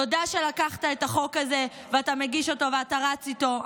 תודה שלקחת את החוק הזה ואתה מגיש אותו ואתה רץ איתו.